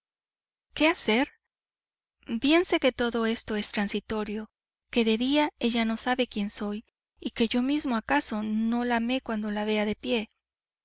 qué hacer bien sé que todo esto es transitorio que de día ella no sabe quien soy y que yo mismo acaso no la ame cuando la vea de pie